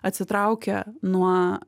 atsitraukia nuo